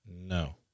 No